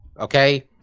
Okay